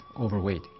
overweight